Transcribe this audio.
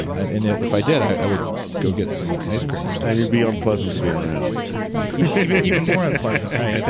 and and if i did, i would go get some ice cream or so something and you'd be unpleasant to be around even even more unpleasant. right.